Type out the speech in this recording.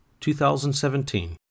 2017